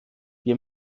wir